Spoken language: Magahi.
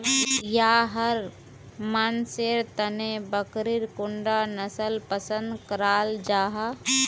याहर मानसेर तने बकरीर कुंडा नसल पसंद कराल जाहा?